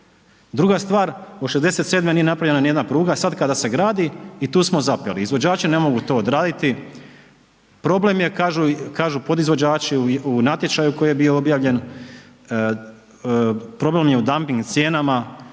Druga stvar od '67. nije napravljena ni jedna pruga a sad kada se gradi i tu smo zapeli, izvođači ne mogu to odraditi, problem je kažu podizvođači u natječaju koji je bio objavljen problem je u damping cijenama,